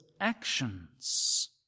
actions